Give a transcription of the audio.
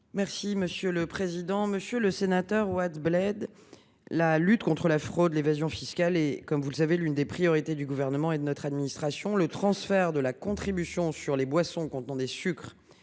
Mme la ministre déléguée. Monsieur le sénateur Wattebled, la lutte contre la fraude et l’évasion fiscale est l’une des priorités du Gouvernement et de notre administration. Le transfert de la contribution sur les boissons contenant des sucres